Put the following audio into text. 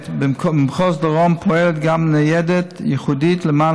במחוז דרום פועלת גם ניידת ייחודית למתן